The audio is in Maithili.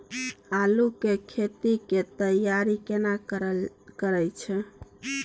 आलू के खेती के तैयारी केना करै छै?